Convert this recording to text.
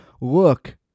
Look